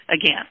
again